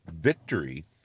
victory